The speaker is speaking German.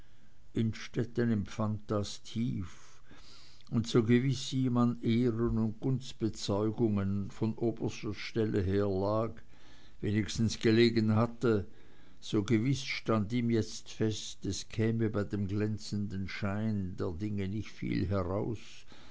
innstetten empfand das tief und so gewiß ihm an ehren und gunstbezeugungen von oberster stelle her lag wenigstens gelegen hatte so gewiß stand ihm jetzt fest es käme bei dem glänzenden schein der dinge nicht viel heraus